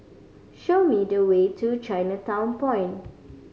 show me the way to Chinatown Point